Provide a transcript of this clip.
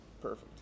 perfect